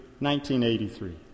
1983